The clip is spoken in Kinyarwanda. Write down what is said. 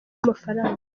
amafaranga